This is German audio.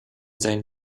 sein